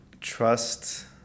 Trust